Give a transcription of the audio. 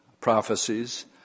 prophecies